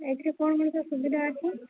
ଏଥିରେ କ'ଣ ମଉସା ସୁବିଧା ଅଛି